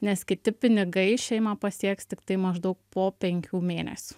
nes kiti pinigai šeimą pasieks tiktai maždaug po penkių mėnesių